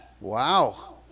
wow